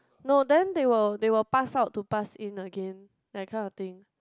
no then they will they will pass out to pass in again that kind of thing